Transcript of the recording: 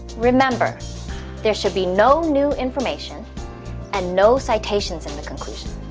remember there should be no new information and no citations in the conclusion.